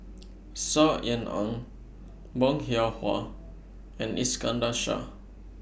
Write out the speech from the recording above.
Saw Ean Ang Bong Hiong Hwa and Iskandar Shah